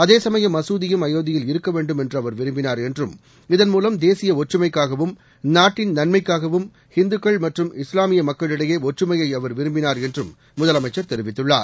அதே சமயம் மசூதியும் அயோத்தியில் இருக்க வேண்டும் என்று அவர் விரும்பினார் என்றும் இதன்மூலம் தேசிய ஒற்றுமைக்காகவும் நாட்டின் நன்மைக்காகவும் இந்துக்கள் மற்றும் இஸ்லாமிய மக்களிடையே ஒற்றுமையை அவர் விரும்பினார் என்றும் முதலமைச்சர் தெரிவித்துள்ளார்